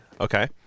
okay